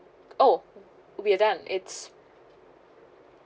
oh we are done it's